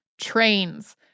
trains